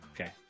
Okay